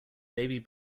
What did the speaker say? baby